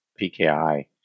PKI